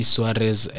Suarez